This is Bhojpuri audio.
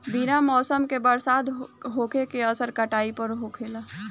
बिना मौसम के बरसात होखे के असर काटई पर होला